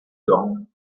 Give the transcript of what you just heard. dorn